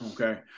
Okay